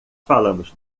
falamos